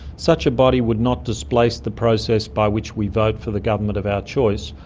such a body would not displace the process by which we vote for the government of our choice,